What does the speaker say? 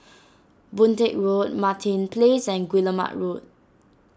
Boon Teck Road Martin Place and Guillemard Road